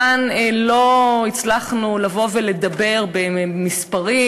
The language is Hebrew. כאן לא הצלחנו לבוא ולדבר במספרים,